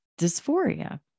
dysphoria